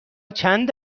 چند